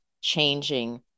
changing